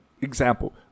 example